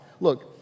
Look